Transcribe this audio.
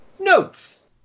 notes